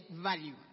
value